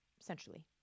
essentially